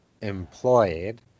employed